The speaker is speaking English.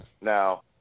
Now